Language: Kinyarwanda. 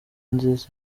nziza